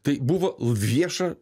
tai buvo vieša